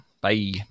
bye